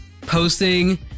posting